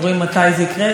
אני רוצה באמת לדבר,